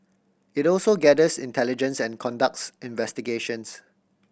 it also gathers intelligence and conducts investigations